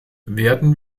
werden